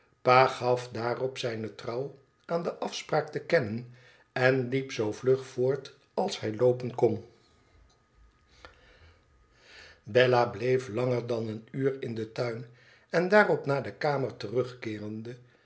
gaf daarop zijne trouw aan de afspraak te kennen en liep zoo vlug voort als hij loopen kon bella bleef langer dan een uur in den tuin en daarop naar de kamer terugkeerende